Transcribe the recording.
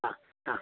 ಹಾಂ ಹಾಂ